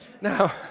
now